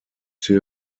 part